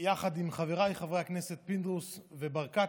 יחד עם חבריי חברי הכנסת פינדרוס וברקת,